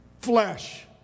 flesh